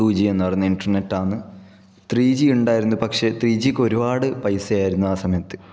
to G എന്ന് പറയുന്ന ഇന്റർനെറ്റാണ് ത്രീ ജി ഉണ്ടായിരുന്നു പക്ഷെ ത്രീ ജിക്ക് ഒരുപാട് പൈസ ആയിരുന്നു ആ സമയത്ത്